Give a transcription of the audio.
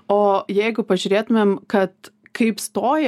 o jeigu pažiūrėtumėm kad kaip stoja